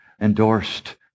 endorsed